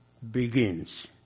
Begins